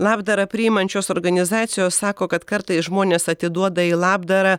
labdarą priimančios organizacijos sako kad kartais žmonės atiduoda į labdarą